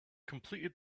completed